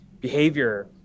behavior